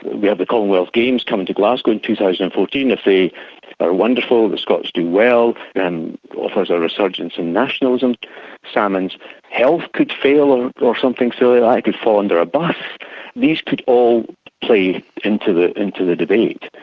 we have the commonwealth games coming to glasgow in two thousand and fourteen. if they are wonderful, the scots do well, and offers a resurgence in nationalism salmond's health could fail or or something silly. like could fall under a bus these could all play into the into the debate.